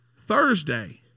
Thursday